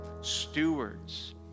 stewards